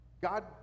God